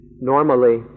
normally